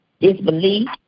disbelief